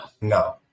No